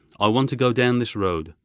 i want to go down this road.